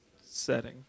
setting